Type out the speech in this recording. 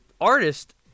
artist